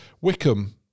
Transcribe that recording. Wickham